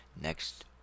next